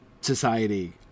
society